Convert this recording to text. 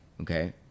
Okay